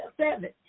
seven